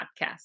podcast